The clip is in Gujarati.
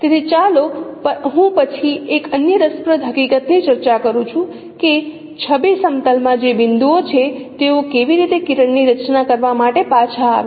તેથી ચાલો હું પછી એક અન્ય રસપ્રદ હકીકતની ચર્ચા કરું છું કે છબી સમતલ માં જે બિંદુઓ છે તેઓ કેવી રીતે કિરણની રચના કરવા માટે પાછા આવે છે